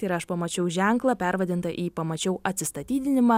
tai yra aš pamačiau ženklą pervadintą į pamačiau atsistatydinimą